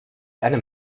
einem